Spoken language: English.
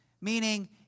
meaning